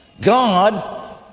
God